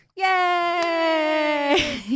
Yay